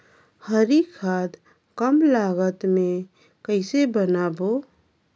हरी खाद कम लागत मे कइसे बनाबो?